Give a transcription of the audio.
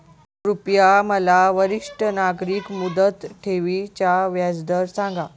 कृपया मला वरिष्ठ नागरिक मुदत ठेवी चा व्याजदर सांगा